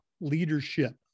Leadership